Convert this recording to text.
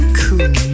cool